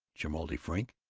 cholmondeley frink,